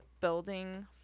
building